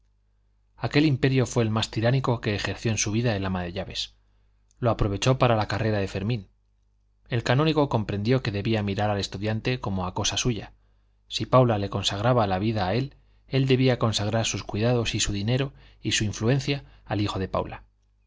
aquel imperio fue el más tiránico que ejerció en su vida el ama de llaves lo aprovechó para la carrera de fermín el canónigo comprendió que debía mirar al estudiante como a cosa suya si paula le consagraba la vida a él él debía consagrar sus cuidados y su dinero y su influencia al hijo de paula